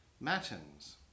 Matins